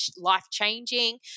life-changing